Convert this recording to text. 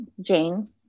Jane